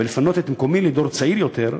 ולפנות את מקומי לדור צעיר יותר,